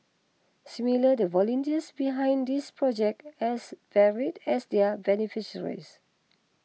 similarly the volunteers behind this project as varied as their beneficiaries